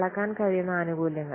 അളക്കാൻ കഴിയുന്ന ആനുകൂല്യങ്ങൾ